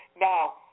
Now